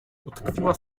utkwiła